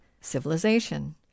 civilization